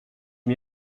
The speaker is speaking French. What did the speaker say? m’y